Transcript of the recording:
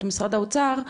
את משרד האוצר,